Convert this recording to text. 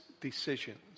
decisions